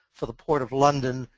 for the port of london,